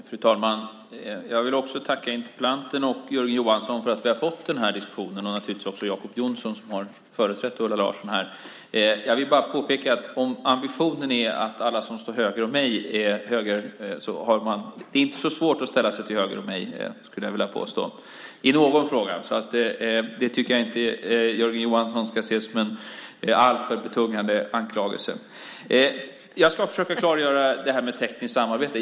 Fru talman! Jag vill tacka interpellanten, Jörgen Johansson och naturligtvis också Jacob Johnson, som har företrätt Ulla Andersson här, för att vi har fått denna diskussion. Jag skulle vilja påstå att det inte är så svårt att ställa sig till höger om mig i någon fråga. Så det tycker jag inte att Jörgen Johansson ska se som en alltför betungande anklagelse. Jag ska försöka klargöra detta med tekniskt samarbete.